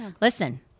listen